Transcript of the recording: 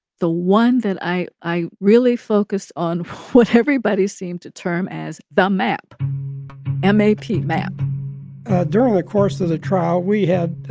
the one that i i really focused on, what everybody seemed to term as the map m a p, map during the course of the trial, we had